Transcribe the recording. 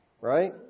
right